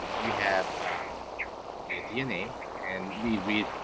you have the dna, and we read